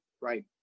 right